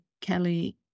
Kelly